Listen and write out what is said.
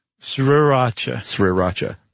sriracha